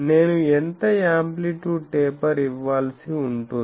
నేను ఎంత amplitude taper ఇవ్వాల్సి ఉంటుంది